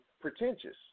pretentious